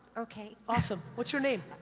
okay. awesome, what's your name?